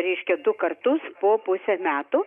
reiškia du kartus po pusę metų